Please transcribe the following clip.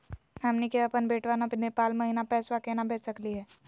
हमनी के अपन बेटवा क नेपाल महिना पैसवा केना भेज सकली हे?